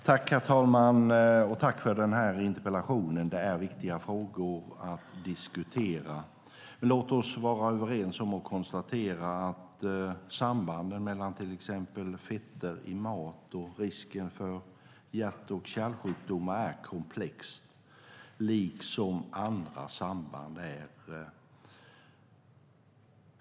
Herr talman! Tack, Gunvor G Ericson, för interpellationen! Detta är viktiga frågor att diskutera. Låt oss vara överens om att sambanden mellan till exempel fetter i mat och risken för hjärt-kärlsjukdomar är komplexa, liksom andra samband.